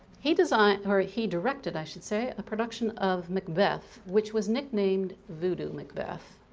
he designed, or he directed, i should say, a production of macbeth which was nicknamed voodoo macbeth,